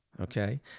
okay